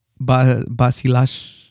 Basilash